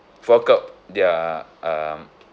fork out their um